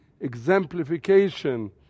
exemplification